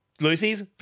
Lucy's